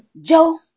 Joe